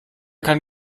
kann